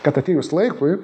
kad atėjus laikui